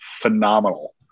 phenomenal